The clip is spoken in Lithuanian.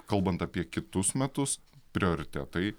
kalbant apie kitus metus prioritetai